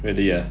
really ah